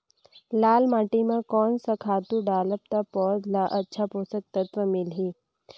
लाल माटी मां कोन सा खातु डालब ता पौध ला अच्छा पोषक तत्व मिलही?